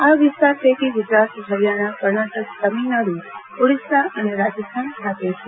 આ વિસ્તાર પૈકી ગુજરાત હરિયાણા કર્નાટક તમિલનાડુ ઓરિસ્સા અને રાજસ્થાન ખાતે છે